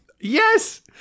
Yes